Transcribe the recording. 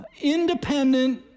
independent